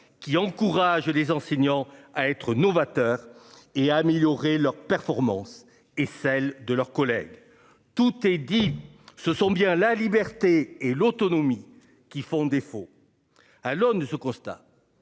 qui encourage les enseignants à être novateur. Et à améliorer leur performances et celle de leurs collègues. Tout est dit. Ce sont bien la liberté et l'autonomie qui font défaut.